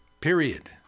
Period